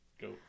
Go